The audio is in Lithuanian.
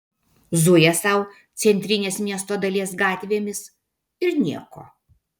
zuja sau centrinės miesto dalies gatvėmis ir nieko